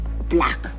black